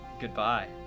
Goodbye